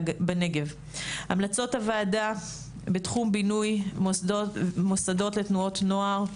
החלטות הוועדה בתחום בינוי ומוסדות לתנועות נוער.